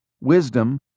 wisdom